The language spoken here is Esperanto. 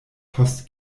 post